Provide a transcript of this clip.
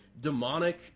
demonic